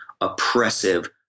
oppressive